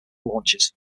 launches